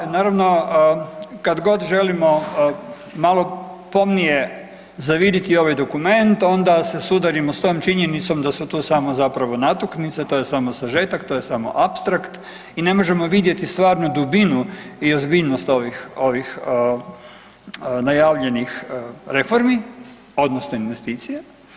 Naravno kad god želimo malo pomnije zaviriti u ovaj dokument onda se sudarimo s tom činjenicom da su tu samo zapravo natuknice, to je samo sažetak, to je samo apstrakt i ne možemo vidjeti stvarno dubinu i ozbiljnost ovih najavljenih reformi odnosno investicija.